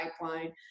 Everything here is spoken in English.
pipeline